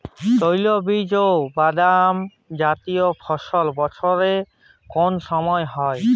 তৈলবীজ ও বাদামজাতীয় ফসল বছরের কোন সময় হয়?